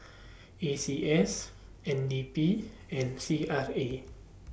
A C S N D P and C R A